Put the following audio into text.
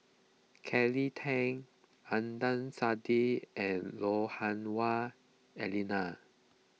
Kelly Tang Adnan Saidi and Lui Hah Wah Elena